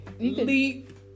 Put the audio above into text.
leap